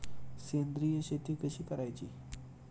सेंद्रिय शेती कशी करायची?